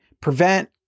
prevent